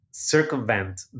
circumvent